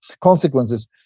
consequences